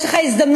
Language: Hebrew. יש לך הזדמנות,